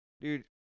Dude